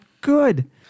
good